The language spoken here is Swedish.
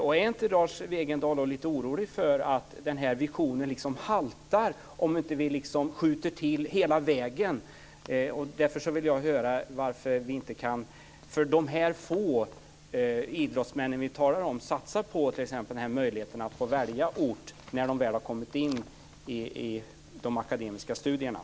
Är inte Lars Wegendal lite orolig för att denna vision börjar halta om vi inte skjuter till medel hela vägen? Därför vill jag höra varför vi inte kan satsa på möjligheten för de få idrottsmän som det här handlar om att välja ort när de väl har kommit in på någon akademisk utbildning.